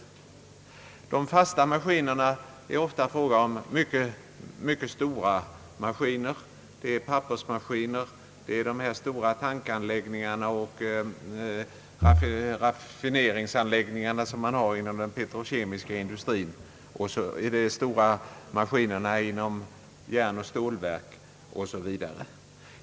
De fasta maskinerna är ofta mycket stora — det rör sig om pappersmaskiner, raffineringsoch tankanläggningar inom den petrokemiska industrin, de stora maskinerna inom järnoch stålverk o. s. v.